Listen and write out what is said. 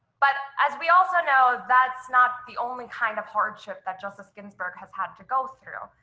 but as we also know that's not the only kind of hardship that justice ginsburg has had to go through.